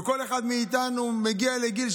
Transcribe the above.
וכל אחד מאיתנו מגיע לגיל.